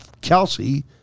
Kelsey